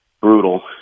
brutal